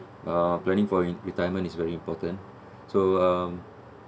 uh planning for re~ retirement is very important so um